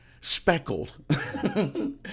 speckled